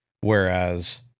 whereas